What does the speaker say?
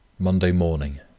monday morning.